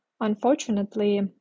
Unfortunately